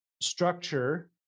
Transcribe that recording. structure